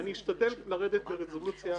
ואני אשתדל לרדת לרזולוציה יותר פשוטה.